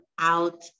out